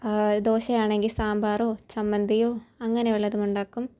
ദോശയാണെങ്കിൽ സാമ്പാറോ ചമ്മന്തിയോ അങ്ങനെ വല്ലതും ഉണ്ടാക്കും